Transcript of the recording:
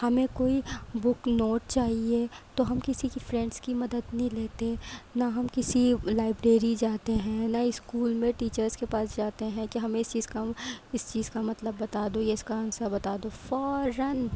ہمیں کوئی book note چاہیے تو ہم کسی کی فرینڈس کی مدد نہیں لیتے نہ ہم کسی لائبریری جاتے ہیں نہ اسکول میں ٹیچرس کے پاس جاتے ہیں کہ ہمیں اس چیز کا اس چیز کا مطلب بتا دو یہ اس کا آنسر بتا دو فوراً